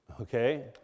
okay